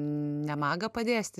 nemaga padėstyt